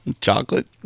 Chocolate